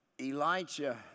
Elijah